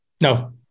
no